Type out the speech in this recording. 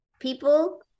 People